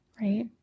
right